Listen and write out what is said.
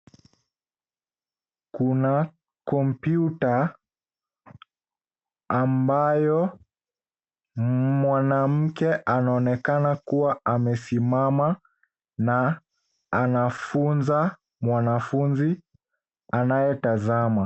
Kuna kompyuta ambayo mwanamke anaonekana kuwa amesimama, na anafunza mwanafunzi anayetazama.